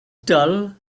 dull